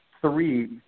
three